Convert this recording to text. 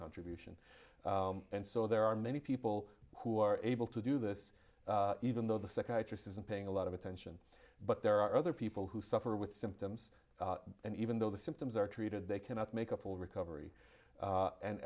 contribution and so there are many people who are able to do this even though the psychiatrist isn't paying a lot of attention but there are other people who suffer with symptoms and even though the symptoms are treated they cannot make a full recovery